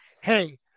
hey